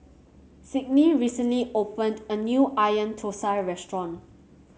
Signe recently opened a new Onion Thosai Restaurant